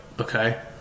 okay